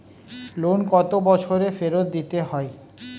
Loan কত বছরে ফেরত দিতে হয়?